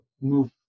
move